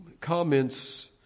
comments